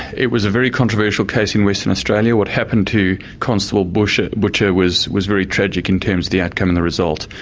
it was a very controversial case in western australia. what happened to constable butcher butcher was was very tragic in terms of the outcome and the result.